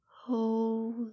Hold